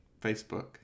Facebook